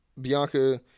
Bianca